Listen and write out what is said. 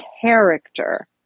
character